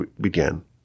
began